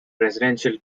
presidential